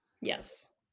yes